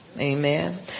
Amen